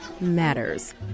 matters